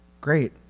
Great